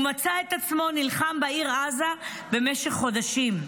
הוא מצא את עצמו נלחם בעיר עזה במשך חודשים.